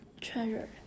treasure